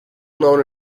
known